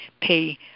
pay